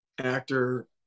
actor